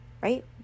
right